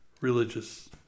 religious